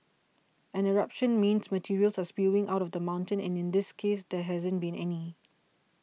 an eruption means materials are spewing out of the mountain and in this case there hasn't been any